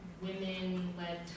women-led